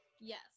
Yes